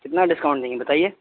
کتنا ڈسکاؤنٹ دیں گے بتائیے